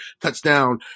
touchdown